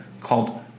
called